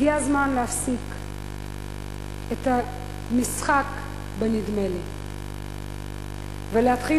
הגיע הזמן להפסיק את המשחק בנדמה לי ולהתחיל